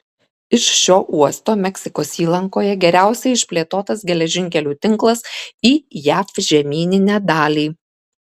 iš šio uosto meksikos įlankoje geriausiai išplėtotas geležinkelių tinklas į jav žemyninę dalį